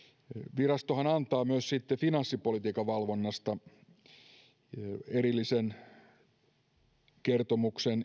virastohan antaa myös sitten finanssipolitiikan valvonnasta erillisen kertomuksen